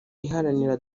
iharanira